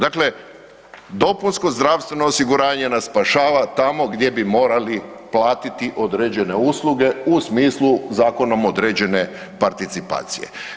Dakle, dopunsko zdravstveno osiguranje nas spašava tamo gdje bi morali platiti određene usluge u smislu zakonom određene participacije.